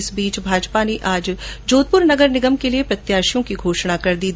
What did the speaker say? इस बीच भाजपा ने आज जोधपुर नगर निगम के लिये प्रत्याशियों की घोषणा कर दी है